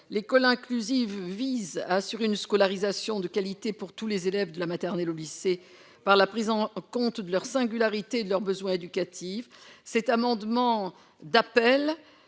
l'école inclusive vise à assurer une scolarisation de qualité pour tous les élèves de la maternelle au lycée, par la prise en compte de leur singularité, de leurs besoins éducatifs cet amendement d'appel